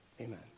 Amen